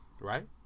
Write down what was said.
right